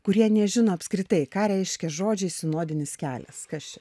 kurie nežino apskritai ką reiškia žodžiai sinodinis kelias kas čia